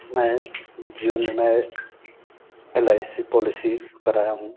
मैं जून मैं एल आई सी पोलिसी कराया हूँ